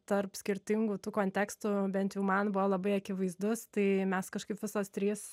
tarp skirtingų tų kontekstų bent jau man buvo labai akivaizdus tai mes kažkaip visos trys